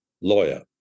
lawyer